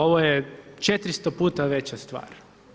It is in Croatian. Ovo je 400 puta veća stvar.